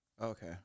Okay